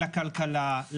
לכלכלה,